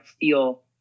feel